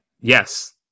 yes